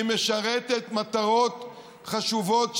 והיא משרתת מטרות חשובות,